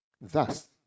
thus